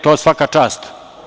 To svaka čast.